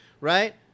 Right